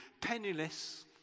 penniless